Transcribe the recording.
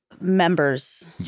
members